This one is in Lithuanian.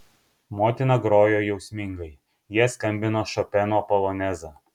motina grojo jausmingai jie skambino šopeno polonezą